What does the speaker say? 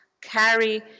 carry